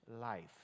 life